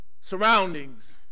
surroundings